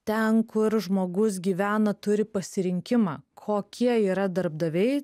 ten kur žmogus gyvena turi pasirinkimą kokie yra darbdaviai